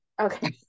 Okay